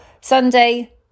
sunday